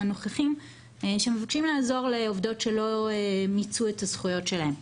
או נוכחיים שמבקשים לעזור לעובדות שלא מיצו את הזכויות שלהן.